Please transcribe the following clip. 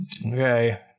Okay